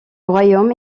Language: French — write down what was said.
royaume